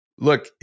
Look